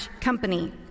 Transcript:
company